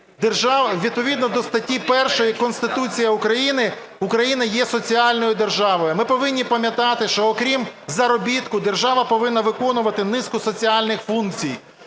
відповідно до статті 1 Конституції України Україна є соціальною державною. Ми повинні пам'ятати, що, окрім заробітку, держава повинна виконувати низку соціальних функцій,